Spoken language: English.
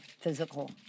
physical